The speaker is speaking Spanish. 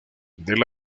del